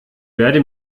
werde